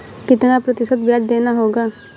कितना प्रतिशत ब्याज देना होगा?